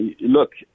look